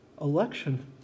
election